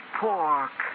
pork